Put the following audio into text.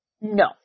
No